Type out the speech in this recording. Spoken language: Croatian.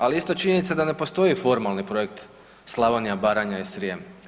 Ali isto činjenica da ne postoji formalni Projekt Slavonija, Baranja i Srijem.